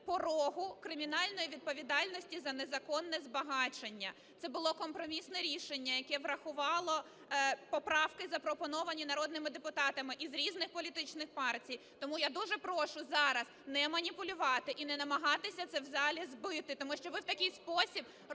порогу кримінальної відповідальності за незаконне збагачення. Це було компромісне рішення, яке врахувало поправки, запропоновані народними депутатами із різних політичних партій. Тому я дуже прошу зараз не маніпулювати і не намагатися це в залі збити, тому що ви в такий спосіб розбалансовуєте